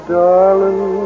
darling